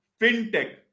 fintech